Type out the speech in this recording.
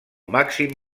màxim